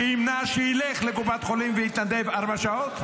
שימנע שילך לקופת חולים ויתנדב ארבע שעות?